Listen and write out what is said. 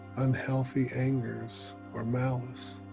unhealthy angers or malice